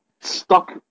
stuck